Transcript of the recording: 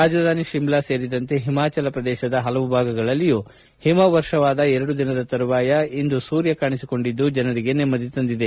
ರಾಜಧಾನಿ ಶಿಮ್ಲಾ ಸೇರಿದಂತೆ ಹಿಮಾಚಲ ಪ್ರದೇಶದ ಹಲವು ಭಾಗಗಳಲ್ಲಿಯೂ ಹಿಮವರ್ಷವಾದ ಎರಡು ದಿನದ ತರುವಾಯ ಇಂದು ಸೂರ್ಯ ಕಾಣಿಸಿಕೊಂಡಿದ್ದು ಜನರಿಗೆ ನೆಮ್ನದಿ ತಂದಿದೆ